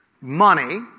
money